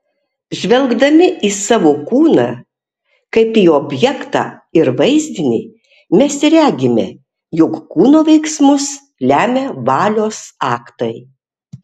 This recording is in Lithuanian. žvelgdami į savo kūną kaip į objektą ir vaizdinį mes regime jog kūno veiksmus lemia valios aktai